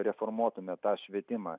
reformuotume tą švietimą